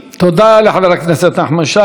תודה לחבר הכנסת נחמן שי.